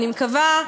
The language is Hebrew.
אני מקווה,